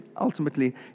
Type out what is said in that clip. ultimately